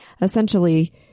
essentially